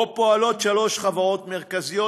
שבו פועלות שלוש חברות מרכזיות,